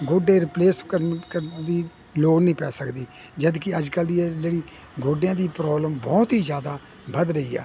ਗੋਡੇ ਰੀਪਲੇਸ ਕਰਨ ਦੀ ਲੋੜ ਨਹੀਂ ਪੈ ਸਕਦੀ ਜਦਕਿ ਅੱਜਕੱਲ ਦੀ ਜਿਹੜੀ ਗੋਡਿਆਂ ਦੀ ਪ੍ਰੋਬਲਮ ਬਹੁਤ ਹੀ ਜਿਆਦਾ ਵਧ ਰਹੀ ਆ